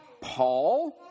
Paul